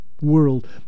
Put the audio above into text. world